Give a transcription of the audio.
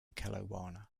kelowna